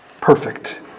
perfect